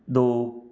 ਦੋ